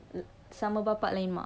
sama bapak lain mak